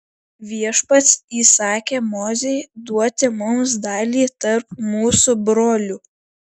viešpats įsakė mozei duoti mums dalį tarp mūsų brolių